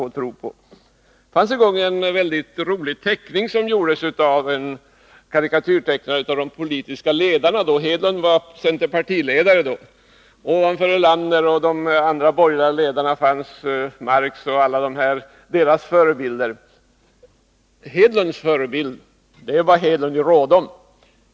En karikatyrtecknare gjorde en gång en verkligt rolig teckning. Den föreställde de politiska ledarna. Gunnar Hedlund var centerpartiledare då. Ovanför Tage Erlander fanns Marx och ovanför de borgerliga ledarna deras förebilder. Gunnar Hedlunds förebild, det var Hedlund i Rådom.